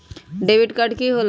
Debit card की होला?